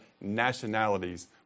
nationalities